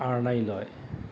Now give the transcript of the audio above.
আৰণাই লয়